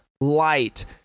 light